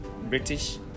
British